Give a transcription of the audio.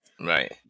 Right